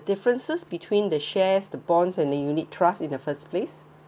differences between the shares the bonds and the unit trust in the first place